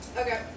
Okay